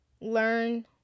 learn